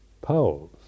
poles